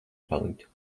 palikt